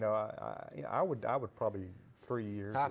i yeah would i would probably three years.